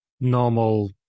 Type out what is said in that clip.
normal